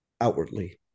outwardly